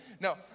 No